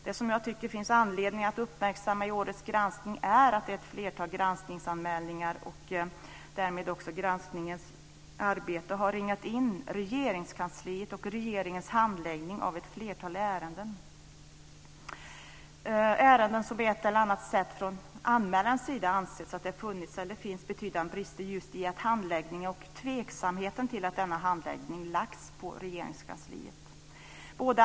Det som jag tycker att det finns anledning att uppmärksamma i årets granskning är att det är ett flertal granskningsanmälningar och att granskningsarbetet har ringat in Regeringskansliets och regeringens handläggning av ett flertal ärenden. Det är ärenden i vilka det på ett eller annat sätt från anmälarens sida har ansetts att det funnits eller finns betydande brister just i handläggningen och tveksamheter till att denna handläggning förlagts till Regeringskansliet.